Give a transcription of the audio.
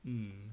mm